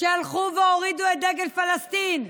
שהלכו והורידו את דגל פלסטין,